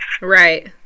right